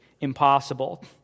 impossible